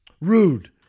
rude